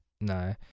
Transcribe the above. No